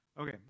Okay